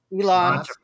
Elon